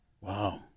wow